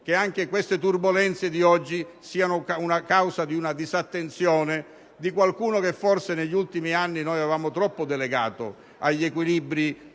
che anche queste turbolenze di oggi siano a causa di una disattenzione di qualcuno che, forse, negli ultimi anni, noi avevamo troppo delegato agli equilibri